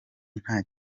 nta